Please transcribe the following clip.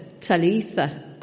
Talitha